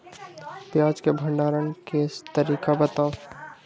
प्याज के भंडारण के तरीका बताऊ?